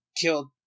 killed